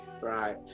Right